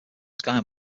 sky